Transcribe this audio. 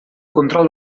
control